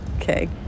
Okay